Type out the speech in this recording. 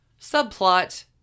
subplot